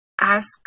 ask